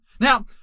Now